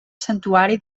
santuari